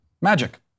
magic